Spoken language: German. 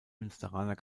münsteraner